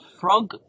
Frog